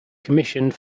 commissioned